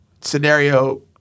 scenario –